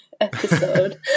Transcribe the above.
episode